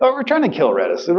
but we're trying to kill reddis.